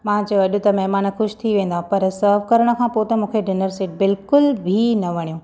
मां चयो अॼु त महिमान ख़ुशि थी वेंदा पर सर्व करण खां पोइ त मूंखे डिनर सेट बिल्कुलु बि न वणियो